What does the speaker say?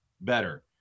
better